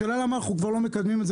השאלה היא למה אנחנו לא מקדמים את זה